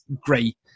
great